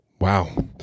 Wow